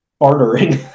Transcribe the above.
Bartering